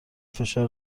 فشار